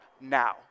now